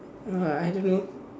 uh I don't know